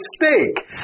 mistake